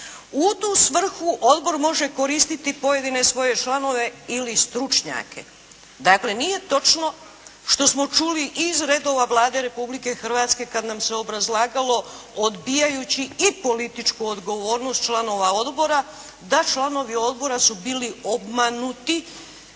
U tu svrhu odbor može koristiti pojedine svoje članove ili stručnjake." Dakle, nije točno što smo čuli i iz redova Vlade Republike Hrvatske kad nam se obrazlagalo odbijajući i političku odgovornost članova odbora, da članovi odbora su bili obmanuti